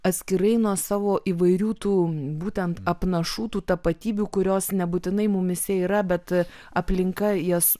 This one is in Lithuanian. atskirai nuo savo įvairių tų būtent apnašų tų tapatybių kurios nebūtinai mumyse yra bet aplinka jas